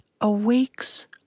awakes